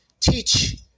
teach